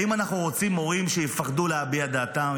האם אנחנו רוצים מורים שיפחדו להביע את דעתם,